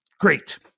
great